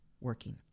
working